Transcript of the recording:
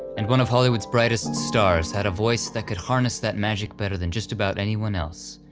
and one of hollywood's brightest stars had a voice that could harness that magic better than just about anyone else,